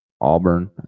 Auburn